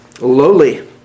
lowly